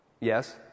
Yes